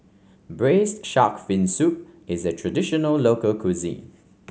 Braised Shark Fin Soup is a traditional local cuisine